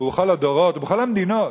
ובכל הדורות ובכל המדינות,